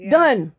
done